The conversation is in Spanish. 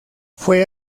fue